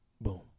Boom